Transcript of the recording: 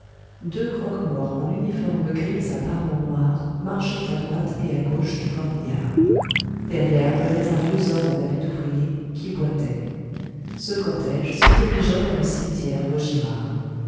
deux croque-morts en uniforme gris à parements noirs marchaient à droite et à gauche du corbillard derrière venait un vieux homme en habits d'ouvrier qui boitait ce cortège se dirigeait vers le cimetière vaugirard